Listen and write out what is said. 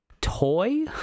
toy